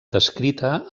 descrita